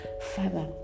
Father